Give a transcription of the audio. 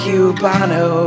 Cubano